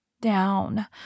down